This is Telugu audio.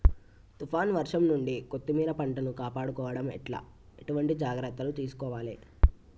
తుఫాన్ వర్షం నుండి కొత్తిమీర పంటను కాపాడుకోవడం ఎట్ల ఎటువంటి జాగ్రత్తలు తీసుకోవాలే?